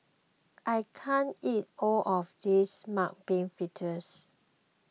I can't eat all of this Mung Bean Fritters